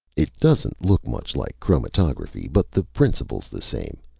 it doesn't look much like chromatography, but the principle's the same.